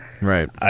right